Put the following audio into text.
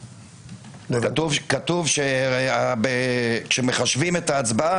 כתוב שכאשר מחשבים את ההצבעה,